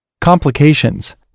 Complications